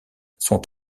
sont